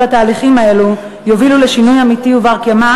התהליכים האלו יוביל לשינוי אמיתי ובר-קיימא